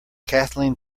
kathleen